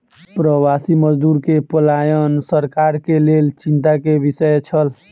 प्रवासी मजदूर के पलायन सरकार के लेल चिंता के विषय छल